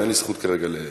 ואין לי זכות כרגע ויכולת,